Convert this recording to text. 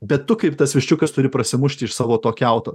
bet tu kaip tas viščiukas turi prasimušti iš savo to kiauto